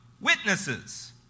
witnesses